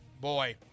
Boy